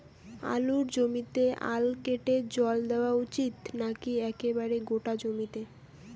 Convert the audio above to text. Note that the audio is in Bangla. আলুর জমিতে আল কেটে জল দেওয়া উচিৎ নাকি একেবারে গোটা জমিতে?